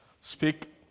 Speak